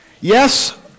Yes